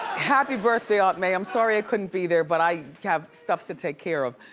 happy birthday aunt mae, i'm sorry i couldn't be there, but i have stuff to take care of.